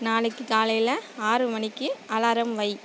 நாளைக்கு காலையில் ஆறு மணிக்கு அலாரம் வை